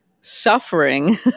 suffering